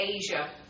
Asia